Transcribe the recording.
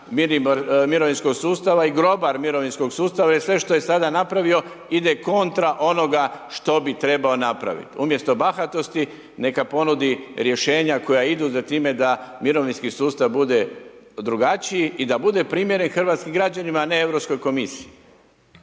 mirovinskog sustava i grobar mirovinskog sustava jer sve što je do sada napravio, ide kontra onoga što bi trebao napraviti. Umjesto bahatosti nek ponudi rješenja koja idu za time da mirovinski sustav bude drugačiji i da bude primjeren hrvatskim građanima a ne Europskoj komisiji.